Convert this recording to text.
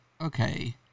okay